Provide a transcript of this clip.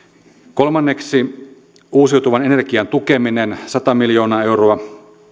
kolmanneksi uusiutuvan energian tukeminen sata miljoonaa euroa